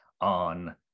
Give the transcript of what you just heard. on